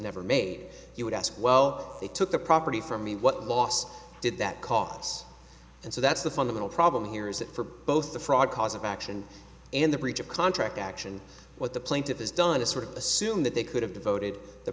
never made you would ask well they took the property from me what loss did that costs and so that's the fundamental problem here is that for both the fraud cause of action and the breach of contract action what the plaintiff has done is sort of assume that they could have devoted the